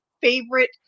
favorite